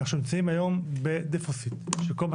כך שאנחנו נמצאים היום בדפיציט בכל מה